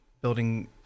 building